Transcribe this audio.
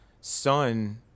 son